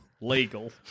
Legal